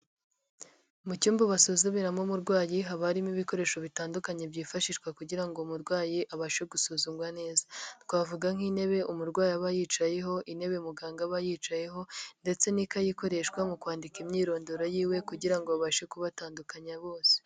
Mu cyumba basozumiramo umurwayi, haba harimo ibikoresho bitandukanye byifashishwa kugira umurwayi abashe gusuzumwa neza, twavuga nk'intebe umurwayi aba yicayeho, intebe muganga aba yicayeho ndetse n'ikayi ikoreshwa mu kwandika imyirondoro y'iwe kugira ngo babashe kubatandukanya bose.